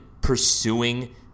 pursuing